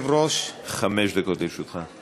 חמש דקות לרשותך.